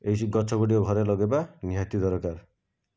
ଏଇ ସବୁ ଗଛ ଗୁଡ଼ିକ ଘରେ ଲଗେଇବା ନିହାତି ଦରକାର